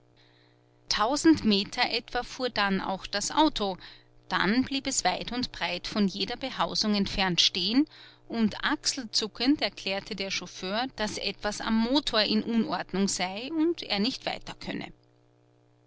tausend meter etwa fuhr dann auch das auto dann blieb es weit und breit von jeder behausung entfernt stehen und achselzuckend erklärte der chauffeur daß etwas am motor in unordnung sei und er nicht weiter könne